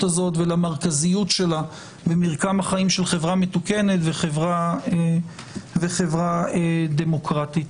הזו ולמרכזיות שלה במרקם החיים של חברה מתוקנת וחברה דמוקרטית.